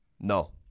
No